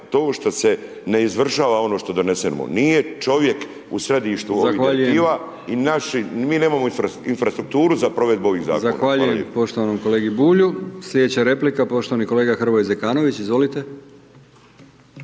to što se ne izvršava ono što donesemo. Nije čovjek ovih direktiva i naši, mi nemao infrastrukturu za provedbu ovih zakona. **Brkić, Milijan (HDZ)** Zahvaljujem poštovanom kolegi Bulju, sljedeća replika, poštovani kolega Hrvoje Zekanović, izvolite.